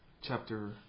chapter